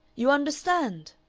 you understand?